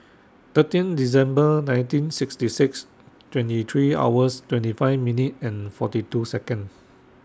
thirteen December nineteen sixty six twenty three hours twenty five minute and forty two Second